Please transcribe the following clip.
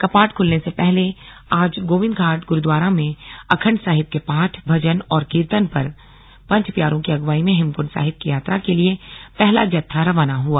कपाट खुलने से पहले आज गोविन्द घाट गुरूद्वारा में अखण्ड साहिब के पाठ भजन और कीर्तन कर पंच प्यारों की अगुवाई में हेमकृण्ड साहिब की यात्रा के लिए पहला जत्था रवाना हआ